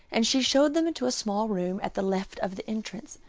and she showed them into a small room at the left of the entrance.